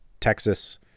Texas